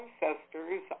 ancestors